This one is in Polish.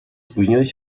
spóźniłeś